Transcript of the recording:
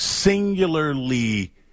singularly